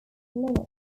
lyrics